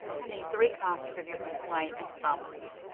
i need three copies of your complaint and summons.